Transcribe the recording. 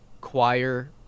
choir